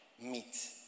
meet